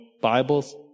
Bibles